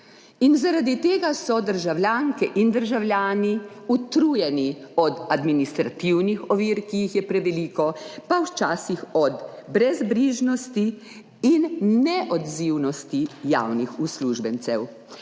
in zaradi tega so državljanke in državljani utrujeni od administrativnih ovir, ki jih je preveliko, pa včasih od brezbrižnosti in neodzivnosti javnih uslužbencev.